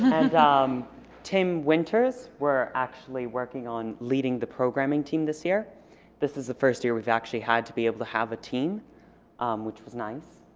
and um tim winters were actually working on leading the programming team this year this is the first year we've actually had to be able to have a team which was nice